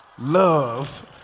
love